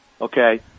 okay